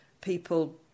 people